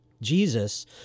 Jesus